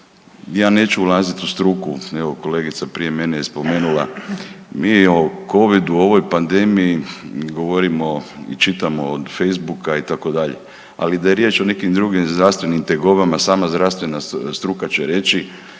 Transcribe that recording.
ja neću ulazit u struku, evo kolegica prije mene je spomenula mi o covidu u ovoj pandemiji govorimo i čitamo od Facebooka itd., ali da je riječ o nekim drugim zdravstvenim tegobama sama zdravstvena struka će reći